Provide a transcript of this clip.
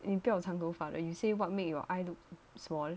你不要长头发的 you say what made your eye look small